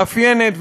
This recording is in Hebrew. מאפיינת,